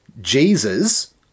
Jesus